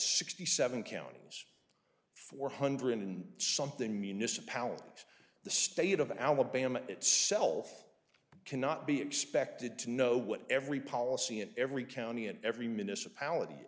sixty seven counties four hundred and something municipalities the state of alabama itself cannot be expected to know what every policy in every county and every municipalit